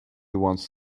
wants